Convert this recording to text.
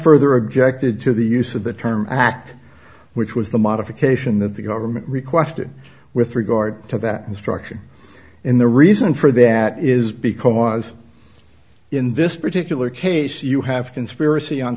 further objected to the use of the term act which was the modification that the government requested with regard to that instruction in the reason for that is because in this particular case you have conspiracy on